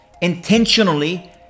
intentionally